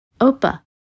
Opa